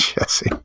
Jesse